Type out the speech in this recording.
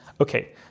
okay